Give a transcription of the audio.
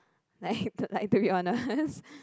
like like to be honest